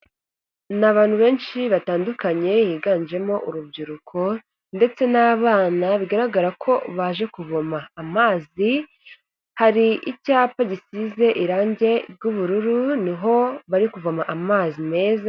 Ni abantu benshi batandukanye biganjemo urubyiruko ndetse n'abana bigaragara ko baje kuvoma amazi, hari icyapa gisize irange ry'ubururu ni ho bari kuvoma amazi meza...